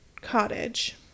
Cottage